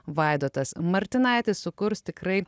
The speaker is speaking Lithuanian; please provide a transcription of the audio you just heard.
vaidotas martinaitis sukurs tikrai